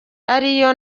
ariyo